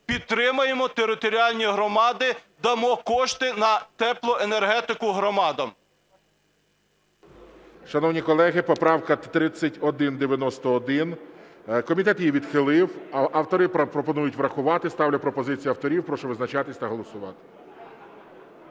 Підтримаємо територіальні громади, дамо кошти на теплоенергетику громадам. ГОЛОВУЮЧИЙ. Шановні колеги, поправка 3191. Комітет її відхилив. Автори пропонують врахувати. Ставлю пропозицію авторів, прошу визначатися та голосувати.